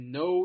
no